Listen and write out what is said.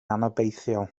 anobeithiol